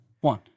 one